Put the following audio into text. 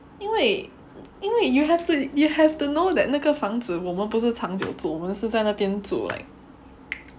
因为因为 you have to you have to know that 那个房子我们不是长久住我们是在那边住 like